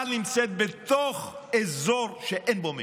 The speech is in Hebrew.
אבל היא נמצאת בתוך אזור שאין בו משילות.